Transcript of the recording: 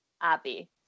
Abby